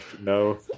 No